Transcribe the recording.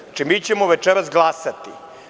Znači, mi ćemo večeras glasati.